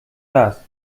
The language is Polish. raz